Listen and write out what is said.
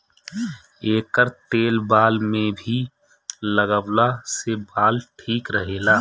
एकर तेल बाल में भी लगवला से बाल ठीक रहेला